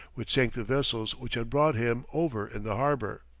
which sank the vessels which had brought him over in the harbour.